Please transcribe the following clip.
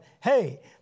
hey